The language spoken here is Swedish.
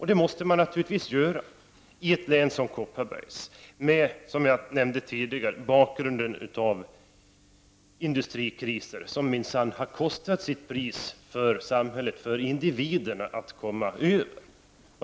Det måste man naturligtvis göra i ett län som Kopparbergs län, med en bakgrund med industrikriser, vilka det minsann har kostat mycket för samhället och för individerna att komma över.